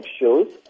shows